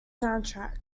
soundtrack